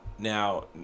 Now